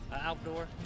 outdoor